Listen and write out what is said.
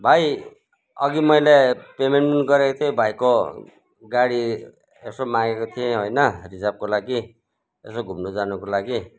भाइ अघि मैले पेमेन्ट गरेको थिएँ भाइको गाडी यसो मागेको थिएँ होइन रिजर्भको लागि यसो घुम्नु जानुको लागि